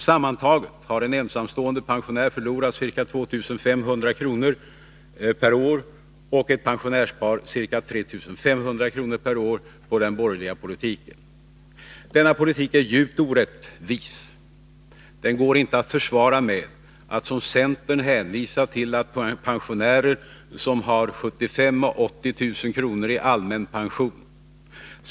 Sammantaget har en ensamstående pensionär förlorat ca 2 500 kr. per år och ett pensionärspar ca 3 500 kr. per år på den borgerliga politiken. Denna politik är djupt orättvis. Den går inte att försvara med att som centern hänvisa till pensionärer som har 75 000-80 000 kr. i allmän pension.